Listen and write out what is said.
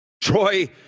Troy